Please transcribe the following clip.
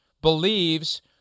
believes